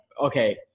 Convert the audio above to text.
okay